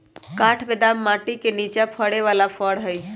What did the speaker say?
काठ बेदाम माटि के निचा फ़रे बला फ़र हइ